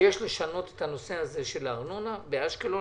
שיש לשנות את הנושא הזה של הארנונה באשקלון.